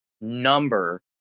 number